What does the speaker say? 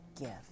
gift